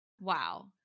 Wow